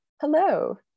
Hello